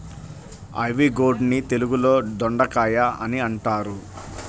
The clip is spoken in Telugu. ఐవీ గోర్డ్ ని తెలుగులో దొండకాయ అని అంటారు